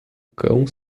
cão